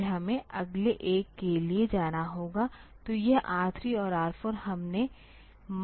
फिर हमें अगले एक के लिए जाना होगा तो यह R3 और R4 हमने मान सेट किया है